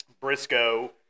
Briscoe